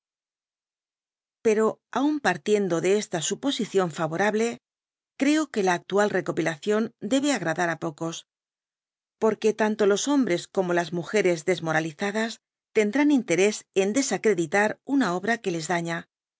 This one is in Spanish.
pero aim partiendo de esta suposición fevorable creo que la actual recopilación debe agradar á pocos porque tanto los hombres como las múgeres desmoralizadas tendrán interés en desacreditar una obra que les daña